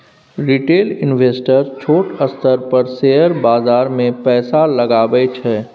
retail investor छोट स्तर पर शेयर बाजार मे पैसा लगबै छै